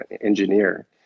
engineer